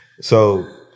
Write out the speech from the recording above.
So-